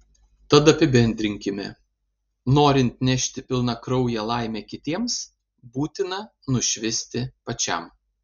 tad apibendrinkime norint nešti pilnakrauję laimę kitiems būtina nušvisti pačiam